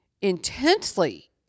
intensely